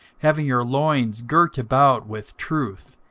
having your loins girt about with truth,